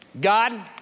God